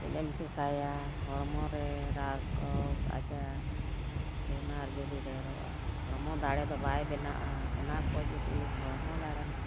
ᱪᱮᱫ ᱮᱢ ᱪᱤᱠᱟᱹᱭᱟ ᱦᱚᱲᱢᱚ ᱨᱮ ᱨᱳᱜ ᱟᱡᱟᱨ ᱵᱮᱢᱟᱨ ᱡᱩᱫᱤ ᱰᱷᱮᱨᱚᱜᱼᱟ ᱦᱚᱲᱢᱚ ᱫᱟᱲᱮ ᱫᱚ ᱵᱟᱭ ᱵᱮᱱᱟᱜᱼᱟ ᱚᱱᱟ ᱠᱚ ᱡᱩᱫᱤ ᱦᱚᱲᱢᱚ ᱫᱟᱲᱮᱢ